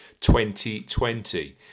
2020